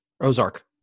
Ozark